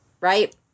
right